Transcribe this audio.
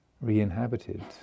re-inhabited